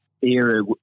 era